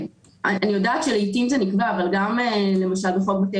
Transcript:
אני יודעת שלעתים זה נקבע אבל גם למשל בחוק בתי